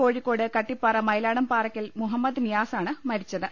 കോഴിക്കോട് കട്ടിപ്പാറ മയിലാടം പാറയ്ക്കൽ ്രുഹ്യമ്മദ് നിയാസാണ് മരിച്ചത്